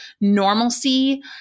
normalcy